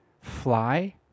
fly